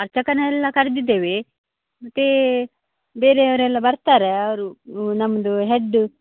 ಅರ್ಚಕನೆಲ್ಲ ಕರೆದಿದ್ದೇವೆ ಮತ್ತೆ ಬೇರೆಯವರೆಲ್ಲ ಬರ್ತಾರೆ ಅವರು ನಮ್ಮದು ಹೆಡ್ದು